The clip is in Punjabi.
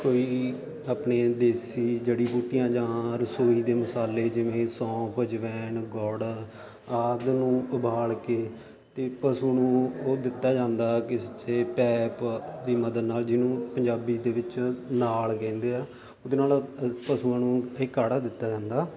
ਕੋਈ ਆਪਣੀ ਦੇਸੀ ਜੜ੍ਹੀ ਬੂਟੀਆਂ ਜਾਂ ਰਸੋਈ ਦੇ ਮਸਾਲੇ ਜਿਵੇਂ ਸੌਂਫ ਅਜਵਾਇਣ ਗੂੜ੍ਹ ਆਦਿ ਨੂੰ ਉਬਾਲ ਕੇ ਅਤੇ ਪਸ਼ੂ ਨੂੰ ਉਹ ਦਿੱਤਾ ਜਾਂਦਾ ਕਿਸੇ ਪੈਪ ਦੀ ਮਦਦ ਨਾਲ ਜਿਹਨੂੰ ਪੰਜਾਬੀ ਦੇ ਵਿੱਚ ਨਾਲ ਕਹਿੰਦੇ ਆ ਉਹਦੇ ਨਾਲ ਪਸ਼ੂਆਂ ਨੂੰ ਇਹ ਕਾੜਾ ਦਿੱਤਾ ਜਾਂਦਾ